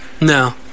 No